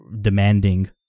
demanding